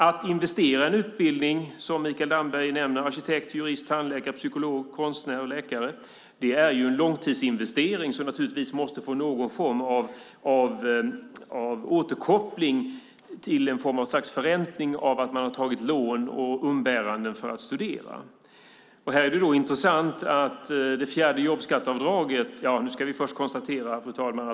Att som Mikael Damberg nämner investera i en utbildning - arkitekt, jurist, tandläkare, psykolog, konstnär, läkare - är en långtidsinvestering som naturligtvis måste få någon form av återkoppling till, något slags förräntning av, att man har tagit lån för att kunna studera.